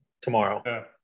tomorrow